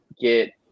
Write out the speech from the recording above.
get